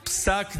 להכריע פסק דין,